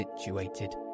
situated